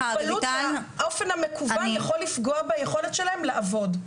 האופן המקוון יכול לפגוע ביכולת שלהם לעבוד.